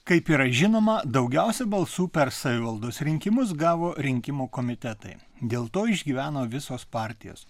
kaip yra žinoma daugiausia balsų per savivaldos rinkimus gavo rinkimų komitetai dėl to išgyveno visos partijos